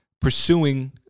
pursuing